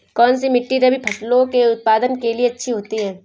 कौनसी मिट्टी रबी फसलों के उत्पादन के लिए अच्छी होती है?